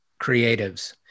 creatives